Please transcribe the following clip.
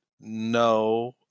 no